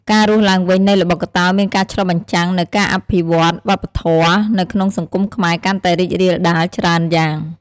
ការរស់ឡើងវិញនៃល្បុក្កតោមានការឆ្លុះបញ្ចាំងនូវការអភិរក្សវប្បធម៌នៅក្នុងសង្គមខ្មែរកាន់តែរីករាលដាលច្រើនយ៉ាង។